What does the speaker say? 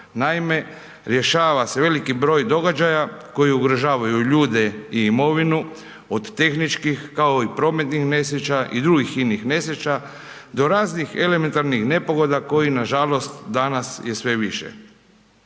Naime, rješava se veliki broj događaja koji ugrožavaju ljude i imovinu od tehničkih kao i prometnih nesreća i drugih inih nesreća do raznih elementarnih nepogoda kojih nažalost danas je sve više.